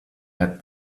had